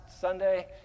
Sunday